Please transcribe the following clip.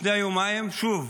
לפני יומיים, שוב.